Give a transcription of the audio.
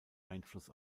einfluss